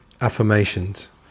affirmations